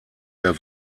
der